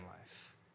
life